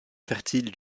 fertile